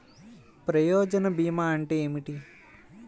ప్రయోజన భీమా అంటే ఏమిటి?